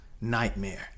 nightmare